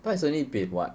now it's only been what